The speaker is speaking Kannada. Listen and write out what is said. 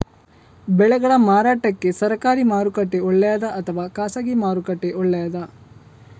ಬೆಳೆಗಳ ಮಾರಾಟಕ್ಕೆ ಸರಕಾರಿ ಮಾರುಕಟ್ಟೆ ಒಳ್ಳೆಯದಾ ಅಥವಾ ಖಾಸಗಿ ಮಾರುಕಟ್ಟೆ ಒಳ್ಳೆಯದಾ